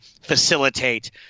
facilitate